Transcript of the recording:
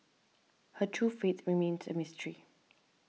her true fate remains a mystery